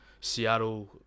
Seattle